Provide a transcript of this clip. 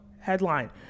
headline